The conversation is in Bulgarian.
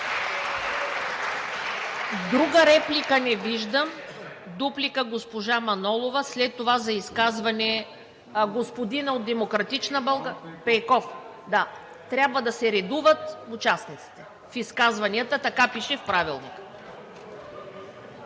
Друга реплика не виждам. Дуплика – госпожа Манолова. След това за изказване господин Пейков – трябва да се редуват участниците в изказванията, така пише в Правилника.